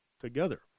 together